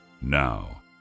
Now